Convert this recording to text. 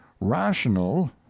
rational